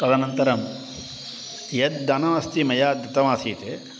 तदनन्तरं यद् धनमस्ति मया दत्तमासीत्